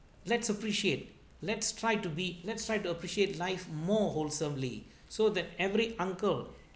let's appreciate let's try to be let's try to appreciate life more wholesomely so that every uncle